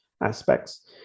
aspects